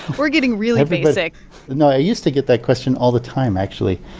we're getting really basic no. i used to get that question all the time, actually,